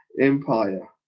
Empire